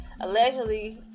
allegedly